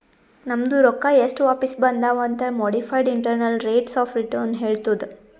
ನಮ್ದು ರೊಕ್ಕಾ ಎಸ್ಟ್ ವಾಪಿಸ್ ಬಂದಾವ್ ಅಂತ್ modified internal rates of return ಹೇಳತ್ತುದ್